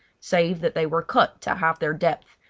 save that they were cut to half their depth,